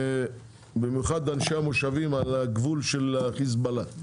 במיוחד אנשי המושבים על הגבול של החיזבאללה.